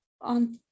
on